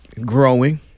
growing